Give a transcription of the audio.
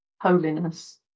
holiness